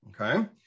Okay